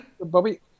Bobby